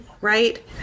right